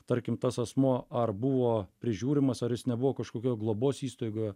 tarkim tas asmuo ar buvo prižiūrimas ar jis nebuvo kažkokioj globos įstaigoje